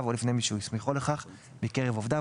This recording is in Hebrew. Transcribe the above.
או לפני מי שהוא הסמיכו לכך מקרב עובדיו,